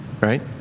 Right